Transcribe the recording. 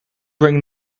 bring